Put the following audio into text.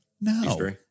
no